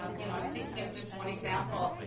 um you know, i'm thinking of just one example.